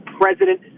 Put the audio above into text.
president